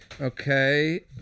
Okay